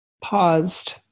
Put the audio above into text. paused